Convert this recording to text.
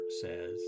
says